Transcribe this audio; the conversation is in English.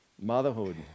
motherhood